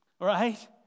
Right